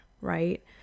right